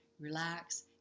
relax